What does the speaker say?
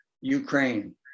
Ukraine